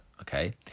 okay